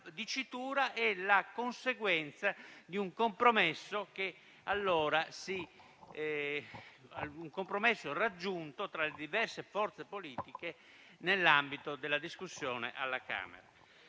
dicitura è la conseguenza di un compromesso raggiunto tra le diverse forze politiche, nell'ambito della discussione alla Camera